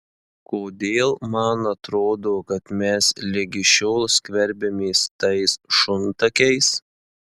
kodėl man atrodo kad mes ligi šiol skverbiamės tais šuntakiais